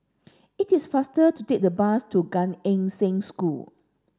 it is faster to take the bus to Gan Eng Seng School